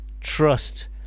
trust